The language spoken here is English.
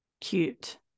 Cute